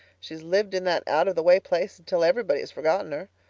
she's lived in that out of the way place until everybody has forgotten her.